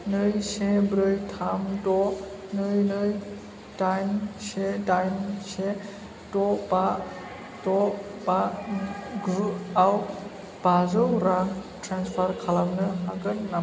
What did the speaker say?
नै से ब्रै थाम द' नै नै डाइन से डाइन से द' बा द' बा गु आव बाजौ रां ट्रेनस्पार खालामनो हागोन नामा